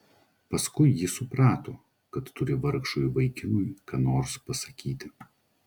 paskui ji suprato kad turi vargšui vaikinui ką nors pasakyti